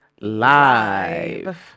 live